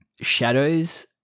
shadows